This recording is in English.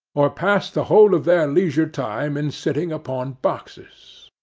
or passed the whole of their leisure time in sitting upon boxes.